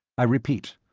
i repeat,